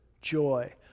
joy